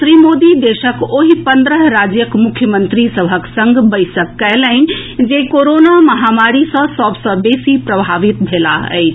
श्री मोदी देशक ओहि पंद्रह राज्यक मुख्यमंत्री सभक संग बैसक कएलनि जे कोरोना महामारी सॅ सभ सॅ बेसी प्रभावित भेलाह अछि